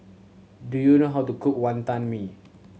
do you know how to cook Wantan Mee